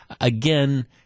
again